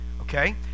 okay